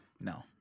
No